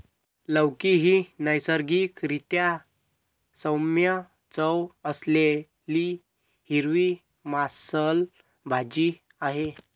लौकी ही नैसर्गिक रीत्या सौम्य चव असलेली हिरवी मांसल भाजी आहे